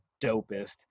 dopest